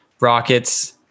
Rockets